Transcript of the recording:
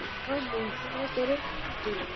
সে তো বুঝতে পেরেছি